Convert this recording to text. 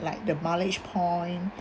like the mileage point